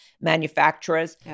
manufacturers